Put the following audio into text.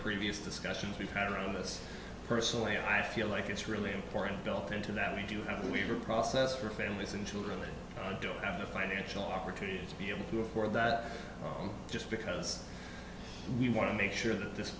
previous discussions we've had around us personally i feel like it's really important bill clinton that we do and we are process for families and children and don't have the financial opportunity to be able to afford that just because we want to make sure that this